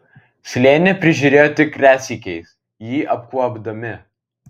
slėnį prižiūrėjo tik retsykiais jį apkuopdami